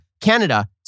Canada